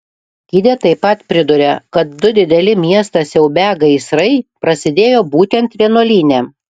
gidė taip pat priduria kad du dideli miestą siaubią gaisrai prasidėjo būtent vienuolyne